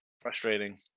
frustrating